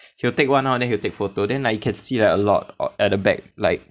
he will take one out then he will take photo then like can see like a lot at the back like